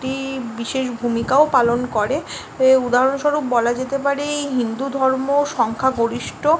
একটি বিশেষ ভূমিকাও পালন করে এ উদাহরণস্বরূপ বলা যেতে পারে এই হিন্দু ধর্ম সংখ্যা গরিষ্ঠ